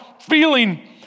feeling